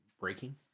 breaking